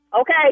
Okay